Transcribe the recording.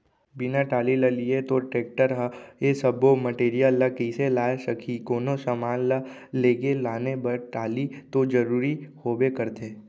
बिना टाली ल लिये तोर टेक्टर ह ए सब्बो मटेरियल ल कइसे लाय सकही, कोनो समान ल लेगे लाने बर टाली तो जरुरी होबे करथे